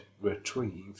retrieved